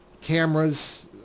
cameras